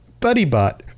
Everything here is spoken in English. BuddyBot